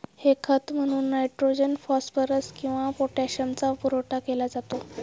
हे खत म्हणून नायट्रोजन, फॉस्फरस किंवा पोटॅशियमचा पुरवठा केला जातो